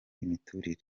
imiturire